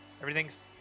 everything's